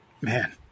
man